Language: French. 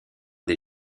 des